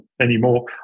anymore